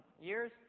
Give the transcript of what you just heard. years